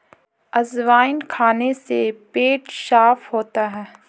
अजवाइन खाने से पेट साफ़ होता है